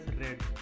red